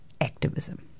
activism